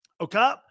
Okay